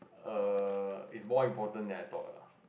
err is more important than I thought ah